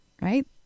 right